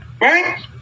right